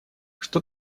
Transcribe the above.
что